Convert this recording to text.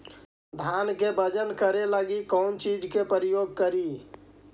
धान के बजन करे लगी कौन चिज के प्रयोग करि?